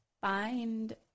find